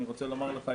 אני רוצה לומר לך,